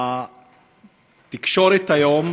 התקשורת היום